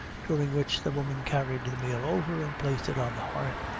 during which the woman carried the meal over and placed it on the hearth.